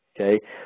Okay